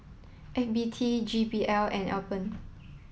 F B T J B L and Alpen